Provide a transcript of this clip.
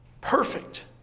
perfect